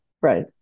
right